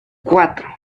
cuatro